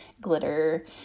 glitter